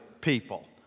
people